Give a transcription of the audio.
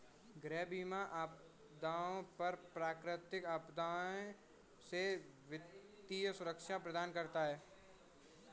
गृह बीमा आपदाओं और प्राकृतिक आपदाओं से वित्तीय सुरक्षा प्रदान करता है